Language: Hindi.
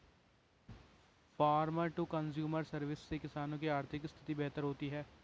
फार्मर टू कंज्यूमर सर्विस से किसानों की आर्थिक स्थिति बेहतर होती है